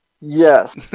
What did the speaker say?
yes